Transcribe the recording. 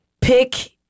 pick